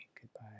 goodbye